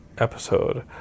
episode